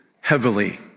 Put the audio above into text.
heavily